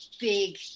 big